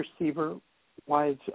receiver-wise